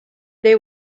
they